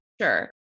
Sure